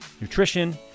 nutrition